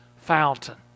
fountain